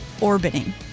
Orbiting